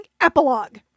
epilogue